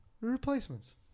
Replacements